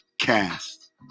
Cast